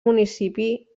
municipi